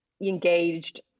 engaged